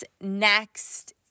next